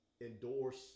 endorse